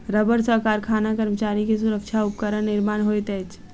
रबड़ सॅ कारखाना कर्मचारी के सुरक्षा उपकरण निर्माण होइत अछि